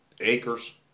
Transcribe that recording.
Acres